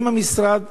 האם המשרד